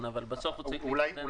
אבל בסוף הוא צריך להתאזן ברמה שנתית.